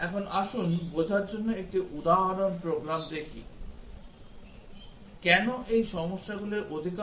এখন আসুন বোঝার জন্য একটি উদাহরণ প্রোগ্রাম দেখি কেন এই সমস্যাগুলির অধিকাংশ 2 way সমস্যা